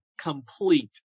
complete